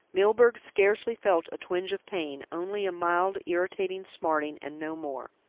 milburgh scarcely felt a twinge of pain, only a mild irritating smarting and no more.